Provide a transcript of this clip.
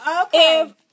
Okay